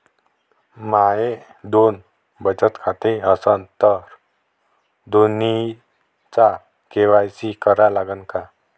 माये दोन बचत खाते असन तर दोन्हीचा के.वाय.सी करा लागन का?